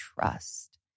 trust